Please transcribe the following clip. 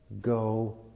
go